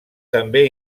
també